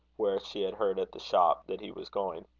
where she had heard at the shop that he was going.